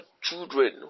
children